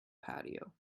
patio